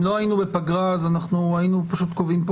אם לא היינו בפגרה אז היינו קובעים פה